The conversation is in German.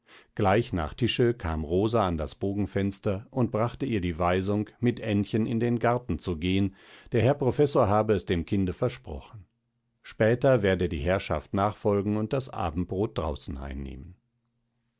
gleich nach tische kam rosa an das bogenfenster und brachte ihr die weisung mit aennchen in den garten zu gehen der herr professor habe es dem kinde versprochen später werde die herrschaft nachfolgen und das abendbrot draußen einnehmen